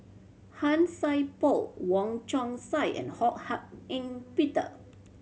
Han Sai Por Wong Chong Sai and Ho Hak Ean Peter